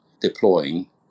deploying